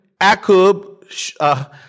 Akub